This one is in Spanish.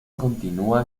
continua